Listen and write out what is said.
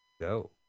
go